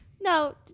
No